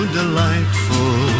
delightful